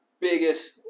biggest